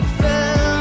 fell